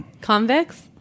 Convicts